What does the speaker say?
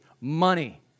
money